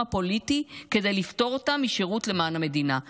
הפוליטי כדי לפטור אותם משירות למען המדינה.